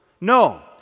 No